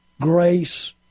grace